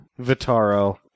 Vitaro